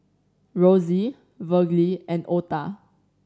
Rosie Virgle and Ota